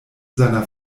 seiner